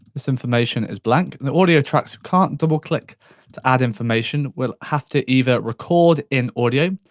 this information is blank, and the audio tracks you can't double click to add information, will have to either record in audio,